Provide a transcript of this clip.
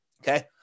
Okay